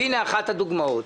והנה אחת הדוגמאות: